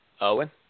Owen